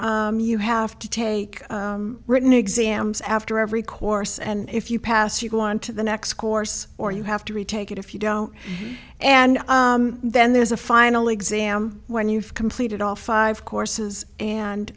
you have to take written exams after every course and if you pass you go on to the next course or you have to retake it if you don't and then there's a final exam when you've completed all five courses and